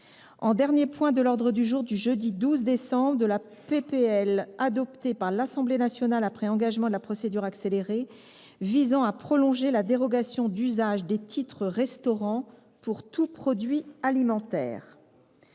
En dernier point de l’ordre du jour du jeudi 12 décembre, il demande d’inscrire la proposition de loi, adoptée par l’Assemblée nationale après engagement de la procédure accélérée, visant à prolonger la dérogation d’usage des titres restaurants pour tout produit alimentaire.